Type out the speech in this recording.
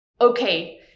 Okay